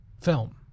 film